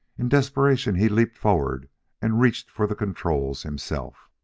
in desperation he leaped forward and reached for the controls himself.